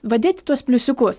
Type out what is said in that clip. va dėti tuos pliusiukus